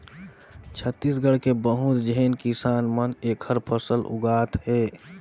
छत्तीसगढ़ के बहुत झेन किसान मन एखर फसल उगात हे